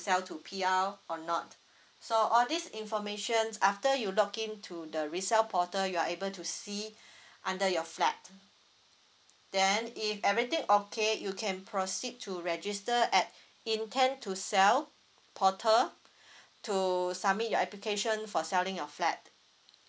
sell to P_R or not so all this information is after you login to the resell portal you are able to see under your flat then if everything okay you can proceed to register at intend to sell portal to submit your application for selling your flat